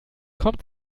kommt